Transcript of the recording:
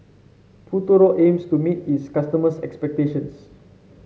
Futuro aims to meet its customers' expectations